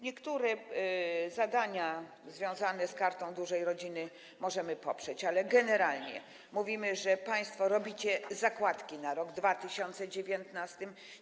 Niektóre zadania związane z Kartą Dużej Rodziny możemy poprzeć, ale generalnie mówimy, że państwo robicie zakładki na rok 2019.